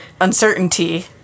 uncertainty